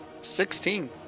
Sixteen